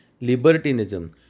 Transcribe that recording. libertinism